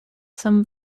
some